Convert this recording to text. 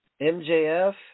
MJF